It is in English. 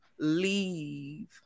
Leave